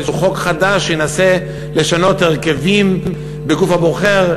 חוק חדש שינסה לשנות הרכבים בגוף הבוחר,